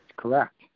correct